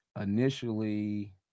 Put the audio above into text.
initially